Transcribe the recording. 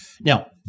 Now